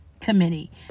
committee